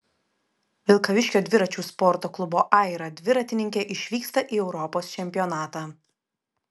vilkaviškio dviračių sporto klubo aira dviratininkė išvyksta į europos čempionatą